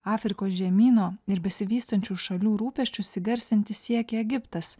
afrikos žemyno ir besivystančių šalių rūpesčius įgarsinti siekia egiptas